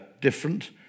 different